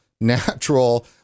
natural